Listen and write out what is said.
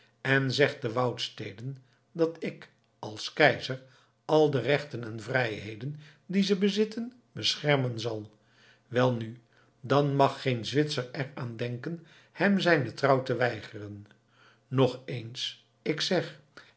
en zegt den woudsteden dat ik als keizer al de rechten en vrijheden die ze bezitten beschermen zal welnu dan mag geen zwitser er aan denken hem zijne trouw te weigeren nog eens ik zeg